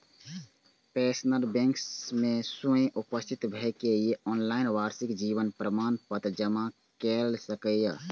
pensioner bank मे स्वयं उपस्थित भए के या ऑनलाइन वार्षिक जीवन प्रमाण पत्र जमा कैर सकैए